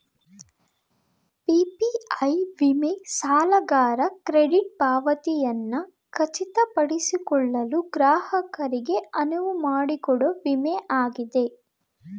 PPI ವಿಮೆ ಸಾಲಗಾರ credit ಪಾವತಿಯನ್ನ ಖಚಿತಪಡಿಸಿಕೊಳ್ಳಲು ಗ್ರಾಹಕರಿಗೆ ಅನುವುಮಾಡಿಕೊಡೊ ವಿಮೆ ಆಗಿದೆ